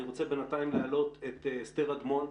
אני רוצה בינתיים להעלות את אסתר אדמון,